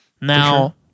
Now